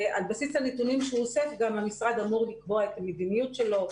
ועל בסיס הנתונים שהוא אוסף המשרד אמור לקבוע את המדיניות שלו,